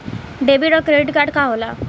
Debit और credit card का होला?